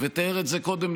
ותיאר את זה קודם,